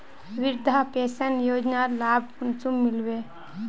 वृद्धा पेंशन योजनार लाभ कुंसम मिलबे?